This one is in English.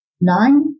Nine